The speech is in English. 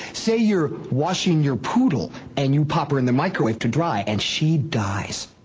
say you're washing your poodle and you pop her in the microwave to dry and she dies.